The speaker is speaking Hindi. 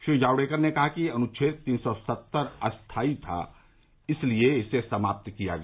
श्री जावडेकर ने कहा कि अनुच्छेद तीन सौ सत्तर अस्थाई था इसलिए इसे समाप्त किया गया